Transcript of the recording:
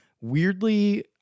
weirdly